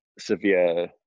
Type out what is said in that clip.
severe